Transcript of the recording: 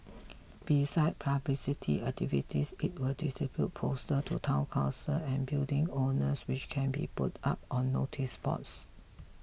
beside publicity activities it will distribute posters to Town Councils and building owners which can be put up on noticeboards